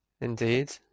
indeed